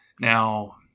Now